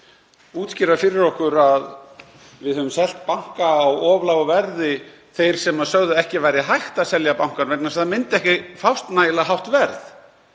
útskýra fyrir okkur að við höfum selt banka á of lágu verði sem sögðu að ekki væri hægt að selja bankann vegna þess að ekki myndi fást nægilega hátt verð.